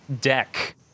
deck